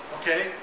okay